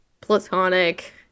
platonic